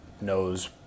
knows